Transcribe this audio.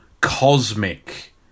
cosmic